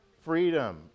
Freedom